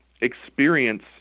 experience